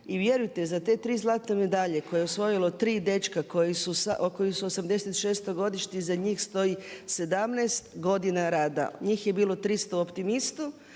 i vjerujte za te tri zlatne medalje koje je osvojilo tri dečka koji su '86. godište iza njih stoji 17 godina rada. Njih je bilo 300 …